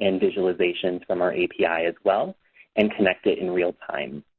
and visualizations from our api as well and connect it in real-time.